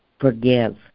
Forgive